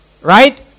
right